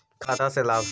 खाता से लाभ?